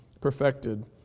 perfected